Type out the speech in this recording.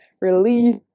release